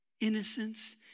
innocence